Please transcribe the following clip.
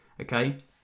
okay